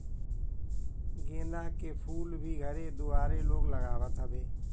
गेंदा के फूल भी घरे दुआरे लोग लगावत हवे